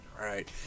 right